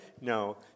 No